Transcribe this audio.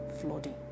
flooding